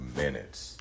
minutes